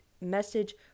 message